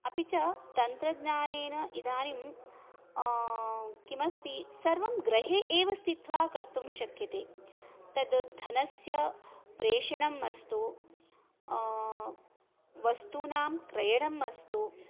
अपि च तन्त्रज्ञानेन इदानीं किमस्ति सर्वं गृहे एव स्तित्वा कर्तुं शक्यते तत् धनस्य प्रेषणम् अस्तु वस्तूनां क्रयणम् अस्तु